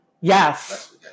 yes